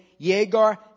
Yegar